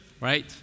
right